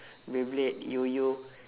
beyblade yo-yo